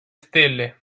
stelle